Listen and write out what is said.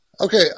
Okay